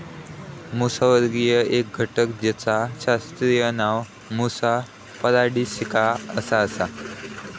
मुसावर्गीय एक घटक जेचा शास्त्रीय नाव मुसा पॅराडिसिका असा आसा